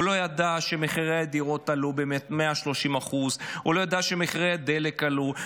הוא לא ידע שמחירי הדירות עלו ב-130%; הוא לא ידע שמחירי הדלק עלו,